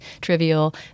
trivial